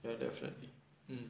ya different tips mm